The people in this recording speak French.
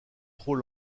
trop